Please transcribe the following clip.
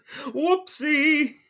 Whoopsie